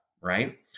right